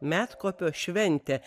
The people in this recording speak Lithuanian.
medkopio šventę